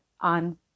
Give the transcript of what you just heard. on